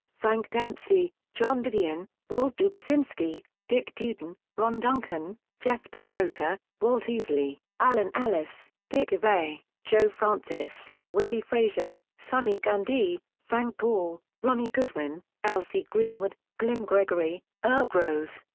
frank dempsey, john didion, walt dubzinski, dick duden, ron duncan, jeff durkota, walt easley, allan ellis, dick evey, joe francis, willie frazier, sonny gandee, frank gaul, ronnie goodwin, l. c. greenwood, glynn gregory, earl gros,